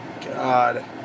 God